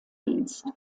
dienst